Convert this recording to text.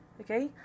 okay